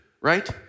right